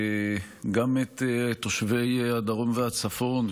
וגם את תושבי הדרום והצפון,